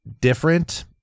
different